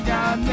God